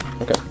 okay